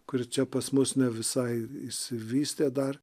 kur čia pas mus ne visai išsivystė dar